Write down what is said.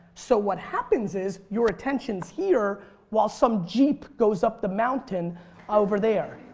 so what happens is your attention's here while some jeep goes up the mountain over there.